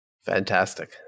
Fantastic